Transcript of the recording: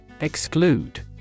Exclude